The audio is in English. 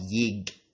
Yig